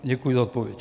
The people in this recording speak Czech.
Děkuji za odpověď.